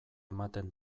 ematen